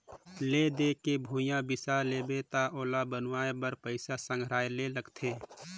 ले दे के भूंइया बिसा लेबे त ओला बनवाए बर पइसा संघराये ले लागथे